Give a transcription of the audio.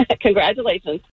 Congratulations